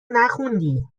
نخوندی